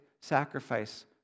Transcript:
sacrifice